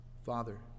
Father